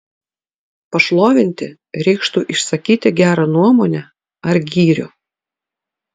pašlovinti reikštų išsakyti gerą nuomonę ar gyrių